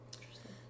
Interesting